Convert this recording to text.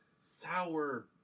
sour